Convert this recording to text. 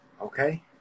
Okay